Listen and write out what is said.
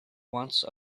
once